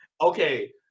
okay